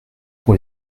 pour